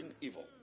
evil